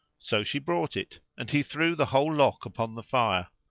so she brought it and he threw the whole lock upon the fire.